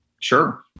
Sure